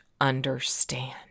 understand